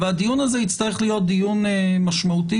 הדיון הזה יצטרך להיות דיון משמעותי,